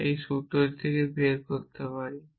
বা এই সূত্রটি বের করতে পারি